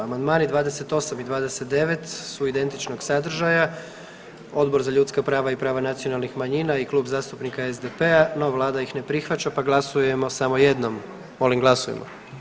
Amandmani 28. i 29. su identičnog sadržaja, Odbor za ljudska prava i prava nacionalnih manjina i Klub zastupnika SDP-a, no vlada ih ne prihvaća, pa glasujemo samo jednom, molim glasujmo.